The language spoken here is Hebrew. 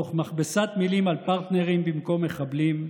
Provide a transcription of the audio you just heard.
תוך מכבסת מילים על פרטנרים במקום מחבלים,